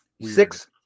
Six